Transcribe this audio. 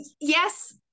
yes